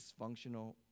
dysfunctional